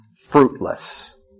fruitless